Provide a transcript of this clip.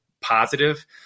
positive